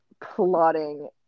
plotting